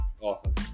awesome